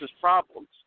problems